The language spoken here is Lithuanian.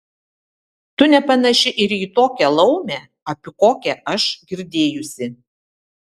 tu nepanaši ir į tokią laumę apie kokią aš girdėjusi